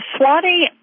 Swati